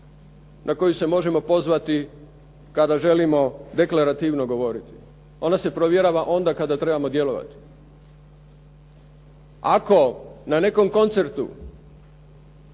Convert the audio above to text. na koju se možemo pozvati kada želimo deklarativno govoriti. Ona se provjerava onda kada trebamo djelovati. Ako na nekom koncertu